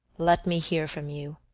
let me hear from you.